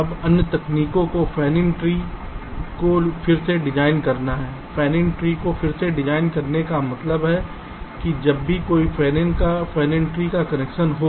अब अन्य तकनीकों को फेनिन ट्री को फिर से डिज़ाइन करना है फेनिन ट्री को फिर से डिजाइन करने का मतलब है कि जब भी कोई फेनिन ट्री का कनेक्शन हो